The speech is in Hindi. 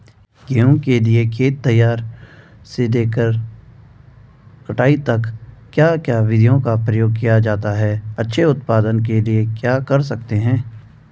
गेहूँ के लिए खेत तैयार से लेकर कटाई तक क्या क्या विधियों का प्रयोग किया जाता है अच्छे उत्पादन के लिए क्या कर सकते हैं?